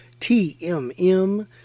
TMM